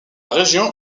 région